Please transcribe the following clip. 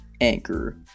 Anchor